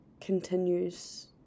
continues